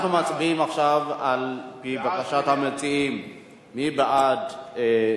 אני מבקש להזמין את חבר הכנסת אריה